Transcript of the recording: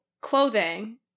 clothing